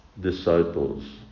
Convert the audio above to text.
disciples